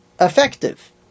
effective